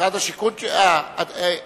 שר השיכון היה פה, שהוא יענה.